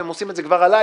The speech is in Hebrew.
הם עושים את זה כבר עליי,